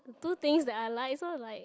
two things that I like so it's like